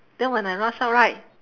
then when I rush out right